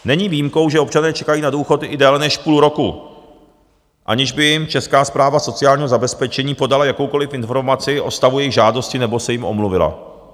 Není výjimkou, že občané čekají na důchod i déle než půl roku, aniž by jim Česká správa sociálního zabezpečení podala jakoukoliv informaci o stavu jejich žádosti nebo se jim omluvila.